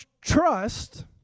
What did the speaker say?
trust